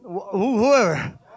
Whoever